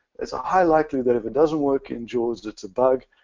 it's a high likely that if it doesn't work in jaws, it's about